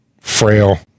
frail